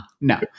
no